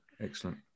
Excellent